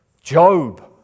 Job